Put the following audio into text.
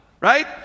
Right